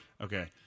okay